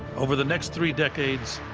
over the next three decades,